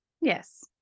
yes